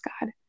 God